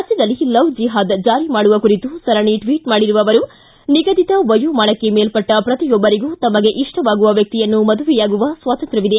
ರಾಜ್ಯದಲ್ಲಿ ಲವ್ ಜಿಹಾದ್ ಜಾರಿ ಮಾಡುವ ಕುರಿತು ಸರಣಿ ಟ್ವಿಚ್ ಮಾಡಿರುವ ಅವರು ನಿಗದಿತ ವಯೋಮಾನಕ್ಕೆ ಮೇಲ್ಪಟ್ಟ ಪ್ರತಿಯೊಬ್ಬರಿಗೂ ತಮಗೆ ಇಷ್ಟವಾಗುವ ವ್ಯಕ್ತಿಯನ್ನು ಮದುವೆಯಾಗುವ ಸ್ವಾತಂತ್ರ್ಯವಿದೆ